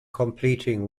completing